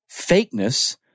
fakeness